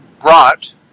brought